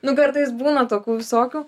nu kartais būna tokių visokių